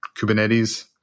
Kubernetes